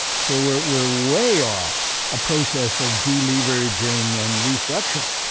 so, we're we're way off a process of deleveraging and restructuring.